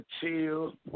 Till